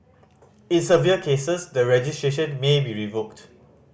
in severe cases the registration may be revoked